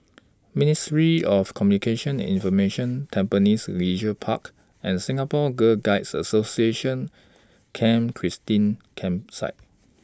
Ministry of Communications and Information Tampines Leisure Park and Singapore Girl Guides Association Camp Christine Campsite